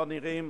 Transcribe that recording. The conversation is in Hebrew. שבהן נראים